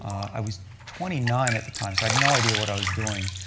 i was twenty nine at the time, so i had no idea what i was doing.